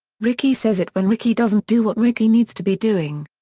rickey says it when rickey doesn't do what rickey needs to be doing.